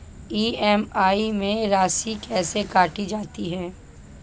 EMI में राशि कैसे काटी जाती है?